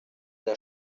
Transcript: der